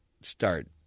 start